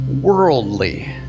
worldly